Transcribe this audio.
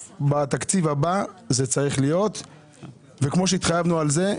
בתקציב הבא זה צריך להיות וכמו שהתחייבנו על זה,